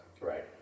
Right